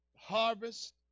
Harvest